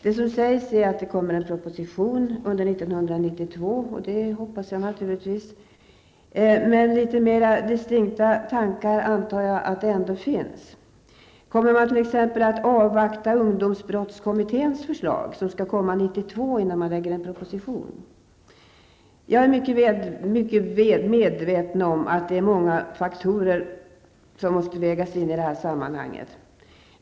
Det som sägs är att det kommer en proposition under 1992, och det hoppas jag naturligtvis. Men litet mera distinkta tankar antar jag att det ändå finns. Kommer man t.ex. att avvakta ungdomsbrottskommitténs förslag, som skall komma 1992, innan man lägger fram en proposition? Jag är mycket väl medveten om att det är många faktorer som måste vägas in i det här sammanhanget.